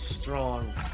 strong